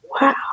Wow